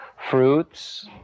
fruits